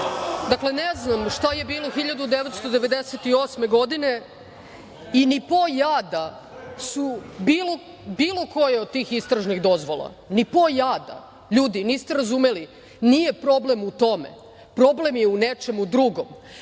Dakle, ne znam šta je bilo 1998. godine i ni po jada su bile koje od tih istražnih dozvola. Ni po jada. Ljudi, niste razumeli, nije problem u tome, problem je u nečemu drugom,